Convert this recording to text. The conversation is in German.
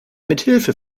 mithilfe